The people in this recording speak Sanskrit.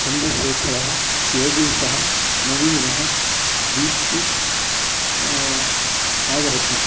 चन्दशेखरः योगीशः नवीनः दीप्तिः नागरत्न